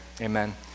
Amen